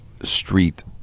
street